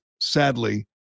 sadly